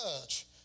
judge